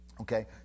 okay